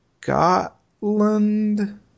Scotland